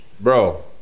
Bro